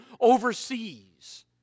overseas